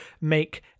make